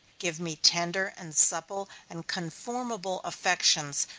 give me tender and supple and conformable affections,